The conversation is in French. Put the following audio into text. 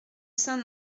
saint